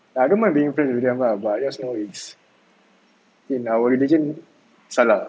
I don't mind being friends with them lah but just know it's in our religion salah